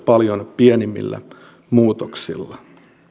paljon pienemmillä muutoksilla